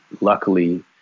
luckily